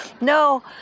No